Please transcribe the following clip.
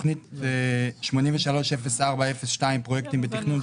תוכנית 830402 פרויקטים בתכנון,